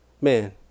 Man